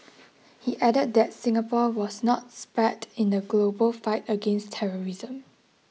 he added that Singapore was not spared in the global fight against terrorism